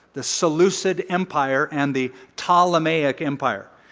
the seleucid empire and the ptolemaic empire.